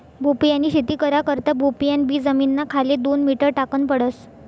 भोपयानी शेती करा करता भोपयान बी जमीनना खाले दोन मीटर टाकन पडस